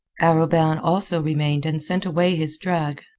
arobin also remained and sent away his drag.